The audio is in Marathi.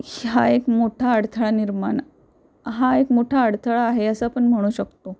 ह्या एक मोठा अडथळा निर्माण हा एक मोठा अडथळा आहे असं आपण म्हणू शकतो